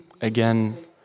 again